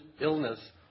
illness